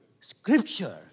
Scripture